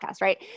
right